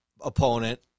opponent